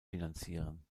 finanzieren